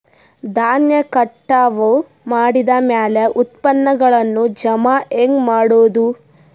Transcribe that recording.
ಧಾನ್ಯ ಕಟಾವು ಮಾಡಿದ ಮ್ಯಾಲೆ ಉತ್ಪನ್ನಗಳನ್ನು ಜಮಾ ಹೆಂಗ ಮಾಡೋದು?